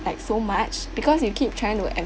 like so much because you keep trying to